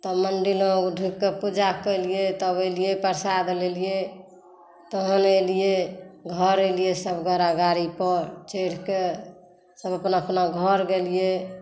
तऽ मन्दिरमे ढुकिकऽ पुजा केलिए तब एलिए प्रसाद लेलिए तहन एलिए घर एलिए सभगोरा गाड़ीपर चढ़िकऽ सभ अपना अपना घर गेलिए